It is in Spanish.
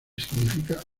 significa